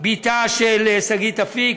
בתה של שגית אפיק.